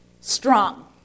strong